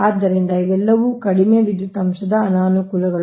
ಆದ್ದರಿಂದ ಇವೆಲ್ಲವೂ ಕಡಿಮೆ ವಿದ್ಯುತ್ ಅಂಶದ ಅನಾನುಕೂಲಗಳು